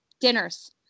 dinners